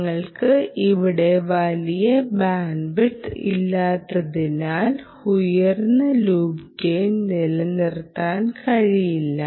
ഞങ്ങൾക്ക് ഇവിടെ വലിയ ബാൻഡ്വിഡ്ത്ത് ഇല്ലാത്തതിനാൽ ഉയർന്ന ലൂപ്പ് ഗെയിൻ നിലനിർത്താൻ കഴിയില്ല